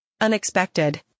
unexpected